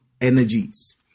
energies